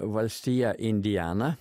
valstija indiana